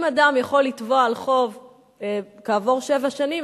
אם אדם יכול לתבוע על חוב כעבור שבע שנים,